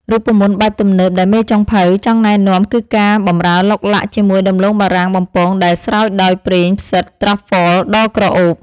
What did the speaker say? រូបមន្តបែបទំនើបដែលមេចុងភៅចង់ណែនាំគឺការបម្រើឡុកឡាក់ជាមួយដំឡូងបារាំងបំពងដែលស្រោចដោយប្រេងផ្សិតត្រាហ្វហ្វល (Truffle) ដ៏ក្រអូប។